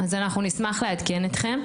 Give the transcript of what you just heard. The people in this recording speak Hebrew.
אז אנחנו נשמח לעדכן אתכם.